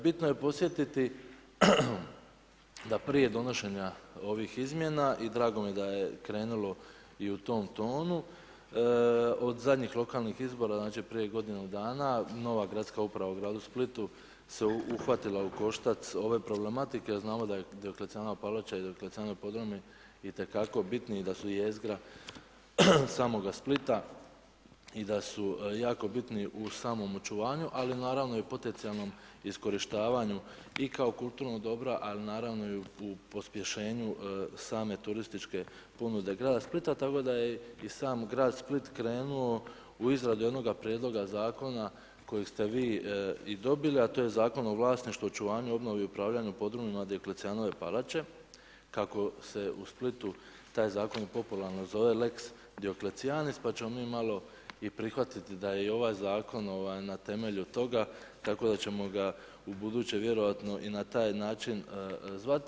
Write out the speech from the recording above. Bitno je podsjetiti da prije donošenja ovih izmjena i drago mi je da je krenulo i u tom tonu od zadnjih lokalnih izbora, znači prije godinu dana, nova gradska uprav u gradu Splitu se uhvatila u koštac ove problematike, znamo da su Dioklecijanova palača i Dioklecijanovi podrumi itekako bitni i da su jezgra samoga Splita i da su jako bitni u samom očuvanju ali naravno i potencijalnom iskorištavanju i kao kulturno dobro ali naravno i u pospješenju same turističke ponude grada Splita tako da je i sam grad Split krenuo u izradu jednog prijedloga zakona koji ste vi i dobili a to je Zakon o vlasništvu, očuvanju, obnovi i upravljanju podrumima Dioklecijanove palače kako se u Splitu taj zakon popularno zove lex Dioklecianis pa ćemo mi malo i prihvatiti da je i ovaj zakon na temelju toga, tako da ćemo ga ubuduće vjerovatno i na taj način zvati.